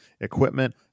equipment